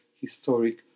historic